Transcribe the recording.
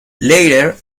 later